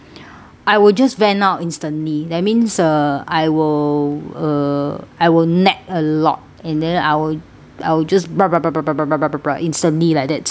I will just rant out instantly that means uh I will uh I will nag a lot and then I will I will just instantly like that so